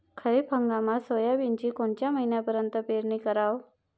खरीप हंगामात सोयाबीनची कोनच्या महिन्यापर्यंत पेरनी कराव?